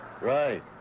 Right